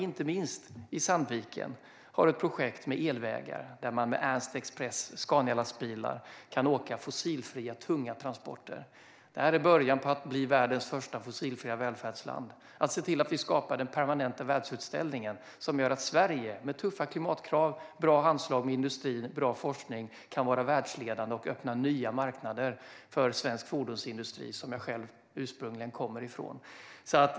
Inte minst i Sandviken har vi ett projekt med elvägar, där man med Ernsts Express Scanialastbilar kan köra fossilfria tunga transporter. Detta är början till att bli världens första fossilfria välfärdsland och se till att vi skapar den permanenta världsutställning som gör att Sverige - med tuffa klimat, bra handslag med industrin och bra forskning - kan vara världsledande och öppna nya marknader för svensk fordonsindustri, som jag själv ursprungligen kommer ifrån.